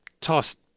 tossed